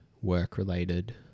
work-related